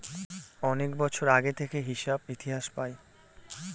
অনেক বছর আগে থেকে হিসাব ইতিহাস পায়